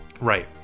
right